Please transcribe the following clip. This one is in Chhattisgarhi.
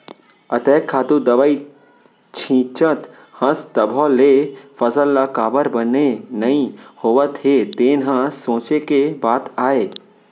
अतेक खातू दवई छींचत हस तभो ले फसल ह काबर बने नइ होवत हे तेन ह सोंचे के बात आय